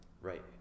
Right